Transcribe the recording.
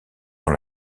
dans